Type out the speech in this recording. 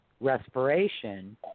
respiration